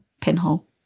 pinhole